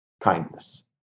kindness